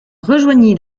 rejoignit